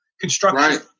construction